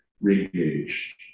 re-engage